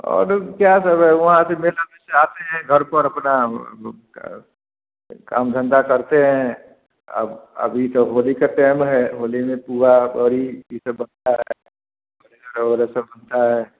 और क्या सब है वहाँ ऐसे मेला में से आते हैं घर पर अपना का काम धंधा करते हैं अब अभी तो होली का टैम है होली में पुआ बड़ी यह सब बनता है और सब बनता है